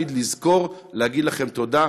הרבה תודה,